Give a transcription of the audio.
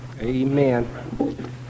Amen